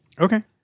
Okay